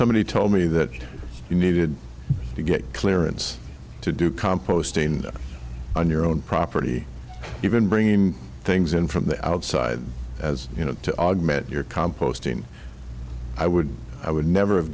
somebody told me that you needed to get clearance to do composting on your own property even bringing things in from the outside as you know to augment your composting i would i would never have